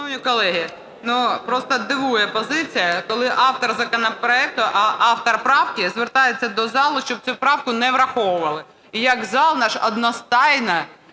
Шановні колеги, просто дивує позиція, коли не автор законопроекту, а автор правки звертається до залу, щоб цю правку не враховували. І як зал наш одностайно